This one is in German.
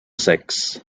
sex